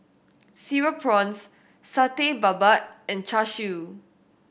Cereal Prawns Satay Babat and Char Siu